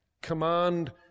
command